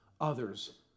others